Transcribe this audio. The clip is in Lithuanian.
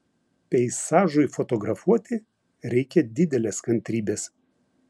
peizažui fotografuoti reikia didelės kantrybės